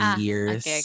years